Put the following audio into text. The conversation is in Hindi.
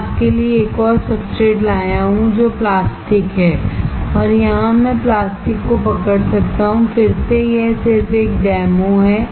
मैं आपके लिए एक और सब्सट्रेट लाया हूं जो प्लास्टिक है और यहां मैं प्लास्टिक को पकड़ सकता हूं फिर से यह सिर्फ एक डेमो है